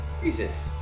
Jesus